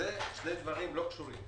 אלה שני דברים לא קשורים,